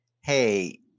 hey